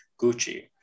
Gucci